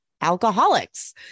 alcoholics